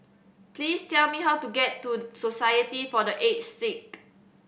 please tell me how to get to Society for The Aged Sick